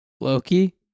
Loki